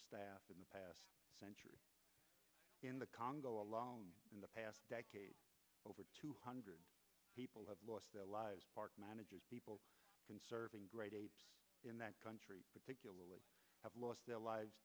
staff in the past century in the congo alone in the past decade over two hundred people have lost their lives managers people serving great in that country particularly have lost their lives